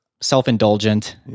self-indulgent